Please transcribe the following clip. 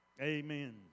Amen